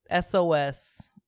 SOS